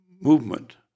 movement